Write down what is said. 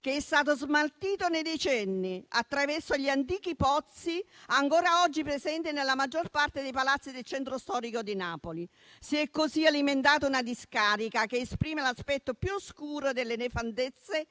che è stato smaltito nei decenni attraverso gli antichi pozzi, ancora oggi presenti nella maggior parte dei palazzi del centro storico di Napoli. Si è così alimentata una discarica che esprime l'aspetto più oscuro delle nefandezze